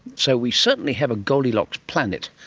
so we certainly have a goldilocks planet,